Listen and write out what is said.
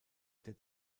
der